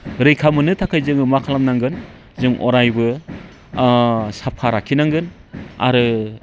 रैखा मोननो थाखाय जोङो मा खालामनांगोन जों अरायबो साफा लाखिनांगोन आरो